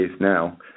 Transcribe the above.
now